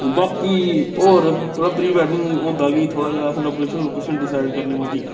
बाकी होर थोह्ड़ा प्री वैडिंग होंदा कि थोह्ड़ा जेहा असें लोकेशन लोकेशन डिसाइड करनी पौंदी